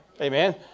Amen